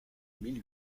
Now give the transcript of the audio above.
mille